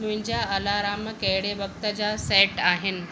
मुंहिंजा अलार्म कहिड़े वक़्त जा सेट आहिनि